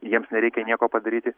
jiems nereikia nieko padaryti